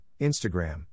Instagram